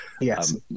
yes